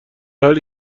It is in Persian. حالی